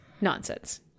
nonsense